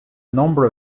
number